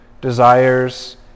desires